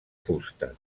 fusta